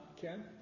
Ken